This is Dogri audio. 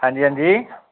हांजी हांजी